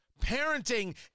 Parenting